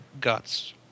Guts